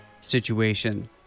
situation